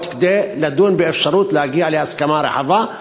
כדי לדון באפשרות להגיע להסכמה רחבה.